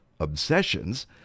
obsessions